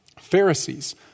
Pharisees